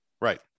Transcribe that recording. Right